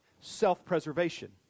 self-preservation